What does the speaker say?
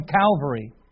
Calvary